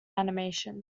animation